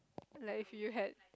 like if you had